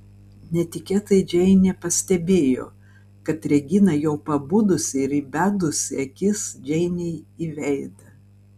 netikėtai džeinė pastebėjo kad regina jau pabudusi ir įbedusi akis džeinei į veidą